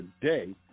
today